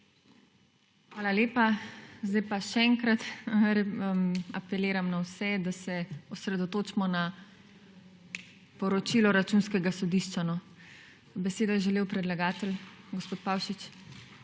Hvala lepa. Zdaj pa še enkrat apeliram na vse, da se osredotočimo na poročilo Računskega sodišča. Besedo je želel predlagatelj, gospod Pavšič.